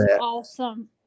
awesome